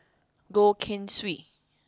Goh Keng Swee